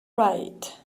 right